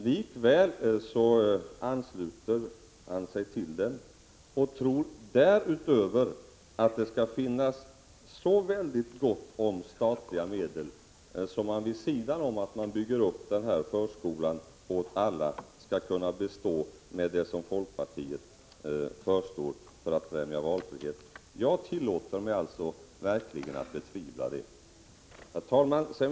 Likväl ansluter han sig till den och tror därutöver att det skall finnas så väldigt gott om statliga medel att man utöver att man bygger upp förskolan åt alla också skall kunna bestå med alla de resurser som folkpartiet föreslår för att främja valfrihet. Jag tillåter mig verkligen betvivla det. Herr talman!